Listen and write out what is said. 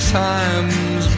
times